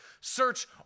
Search